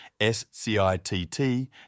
SCITT